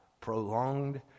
prolonged